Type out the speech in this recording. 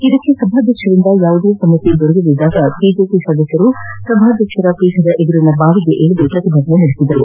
ಇದಕ್ಕೆ ಸಭಾಧ್ಯಕ್ಷರಿಂದ ಯಾವುದೇ ಸಮ್ಮತಿ ದೊರೆಯದಿದ್ದಾಗ ಬಿಜೆಪಿ ಸದಸ್ಯರು ಸಭಾಧ್ಯಕ್ಷರ ಪೀಠದ ಎದುರಿನ ಬಾವಿಗಿಳಿದು ಪ್ರತಿಭಟನೆ ನಡೆಸಿದರು